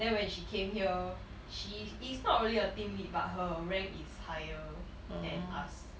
then when she came here she is not really a team lead but her rank is higher than us